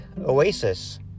Oasis